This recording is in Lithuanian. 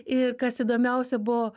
ir kas įdomiausia buvo